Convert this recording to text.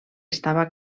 estava